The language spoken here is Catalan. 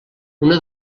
una